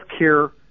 healthcare